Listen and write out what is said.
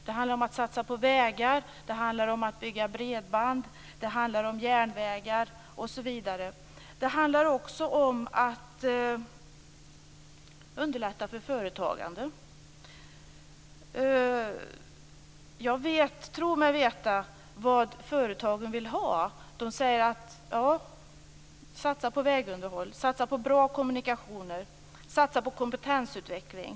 Det handlar om att satsa på vägar, om att bygga bredband, om järnvägar osv. Det rör sig också om att underlätta för företagande. Jag tror mig veta vad företagarna vill ha. De säger: Satsa på vägunderhåll, på bra kommunikationer och på kompetensutveckling!